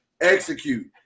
execute